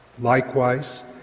Likewise